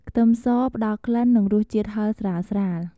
ខ្ទឹមស ផ្តល់ក្លិន និងរសជាតិហឹរស្រាលៗ។